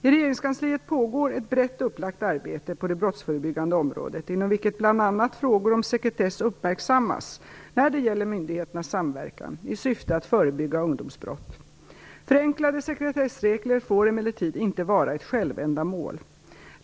I regeringskansliet pågår ett brett upplagt arbete på det brottsförebyggande området, inom vilket bl.a. frågor om sekretess uppmärksammas när det gäller myndigheters samverkan i syfte att förebygga ungdomsbrott. Förenklade sekretessregler får emellertid inte vara ett självändamål.